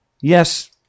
Yes